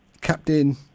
captain